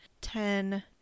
Ten